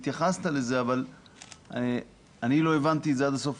התייחסת לזה אבל אני לא הבנתי את זה עד הסוף